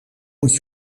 moet